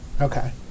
Okay